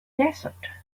desert